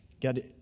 God